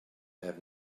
have